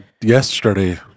yesterday